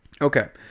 okay